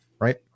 Right